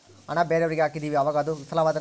ಹಣ ಬೇರೆಯವರಿಗೆ ಹಾಕಿದಿವಿ ಅವಾಗ ಅದು ವಿಫಲವಾದರೆ?